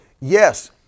yes